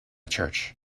church